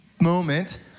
moment